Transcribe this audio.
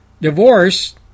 divorce